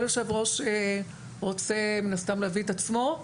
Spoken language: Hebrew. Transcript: כל יו"ר רוצה מן הסתם להביא את עצמו,